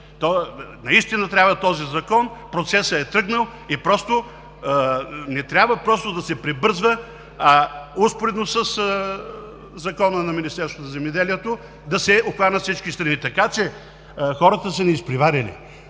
Наистина трябва този Закон, процесът е тръгнал и не трябва да се прибързва, а успоредно със Закона на Министерството на земеделието да се обхванат всички среди, така че, хората са ни изпреварили.